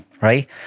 right